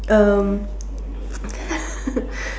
um